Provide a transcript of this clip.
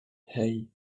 hey